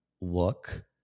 look